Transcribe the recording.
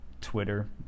twitter